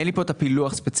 אין פה את הפילוח הספציפי.